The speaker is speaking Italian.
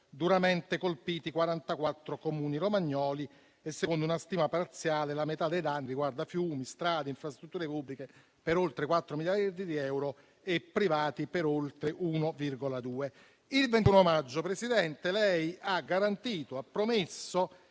duramente colpiti 44 Comuni romagnoli e, secondo una stima parziale, la metà dei danni riguarda fiumi, strade e infrastrutture pubbliche per oltre quattro miliardi di euro e privati per oltre 1,2. Il 21 maggio, Presidente, lei ha promesso